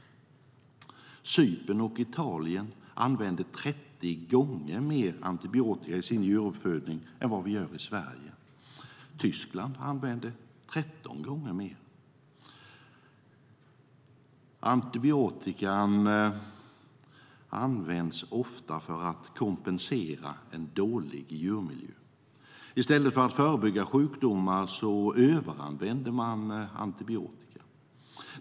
Cypern och Italien använder 30 gånger mer antibiotika i sin djuruppfödning än Sverige, och Tyskland använder 13 gånger mer. Antibiotika används ofta för att kompensera dålig djurmiljö. I stället för att förebygga sjukdomar överanvänder man antibiotika.